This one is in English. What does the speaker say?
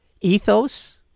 ethos